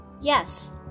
Yes